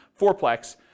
fourplex